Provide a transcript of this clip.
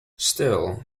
still